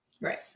Right